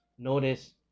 Notice